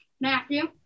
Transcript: Matthew